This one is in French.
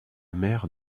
mère